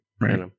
right